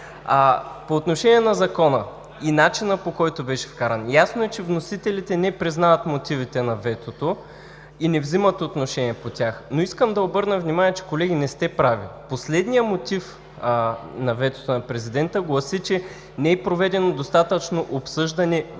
По отношение на Закона и начина, по който беше вкаран. Ясно е, че вносителите не признават мотивите на ветото и не вземат отношение по тях. Искам да обърна внимание, че, колеги, не сте прави. Последният мотив на ветото на президента гласи, че: „Не е проведено достатъчно обсъждане в Народното